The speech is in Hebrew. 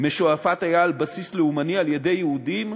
משועפאט היה על בסיס לאומני על-ידי יהודים,